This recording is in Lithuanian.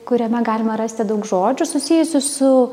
kuriame galima rasti daug žodžių susijusių su